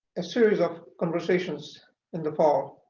a series of conversations in the fall